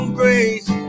grace